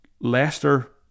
Leicester